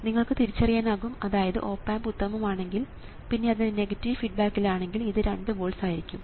നിങ്ങൾക്ക് തിരിച്ചറിയാനാകും അതായത് ഓപ് ആമ്പ് ഉത്തമം ആണെങ്കിൽ പിന്നെ അത് നെഗറ്റീവ് ഫീഡ് ബാക്കിൽ ആണെങ്കിൽ ഇത് 2 വോൾട്സ് ആയിരിക്കും